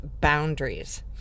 boundaries